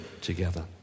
together